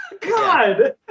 God